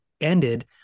ended